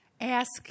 ask